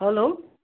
hello